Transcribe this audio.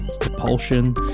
propulsion